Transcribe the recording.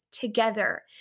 together